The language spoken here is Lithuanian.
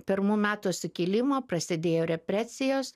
pirmų metų sukilimo prasidėjo represijos